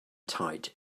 tight